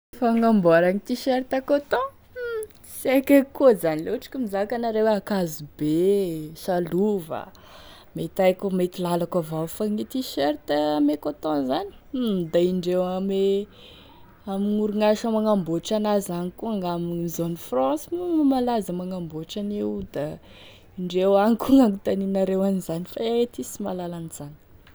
Fagnamboaragny tee-shirt coton, hum sy aiko eky koa zany, laha ohatry ka mizaka anareo hoe ankazobe, salova, mety haiko mety lalako avao, fa gne tee-shirt ame coton zany da indreo ame amign'orignasa magnamboatry an'azy koa angamba, zone franche moa no malaza magnamboatry an'io da indreo agny koa gn'agnontanianareo an'izany, fa iay aty sy mahalala an'izany.